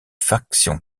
factions